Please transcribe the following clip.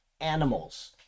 animals